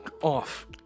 off